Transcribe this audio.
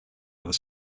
other